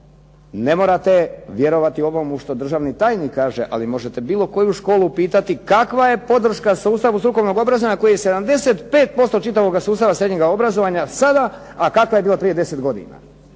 Ne morate vjerovati ovom u što državni tajnik kaže, ali možete bilo koju školu pitati kakva je podrška sustavu strukovnog obrazovanja koji 75% čitavog sustava srednjega obrazovanja sada, a kakva je bila prije 10 godina?